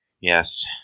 Yes